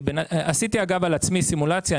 עשיתי, אגב, על עצמי, סימולציה.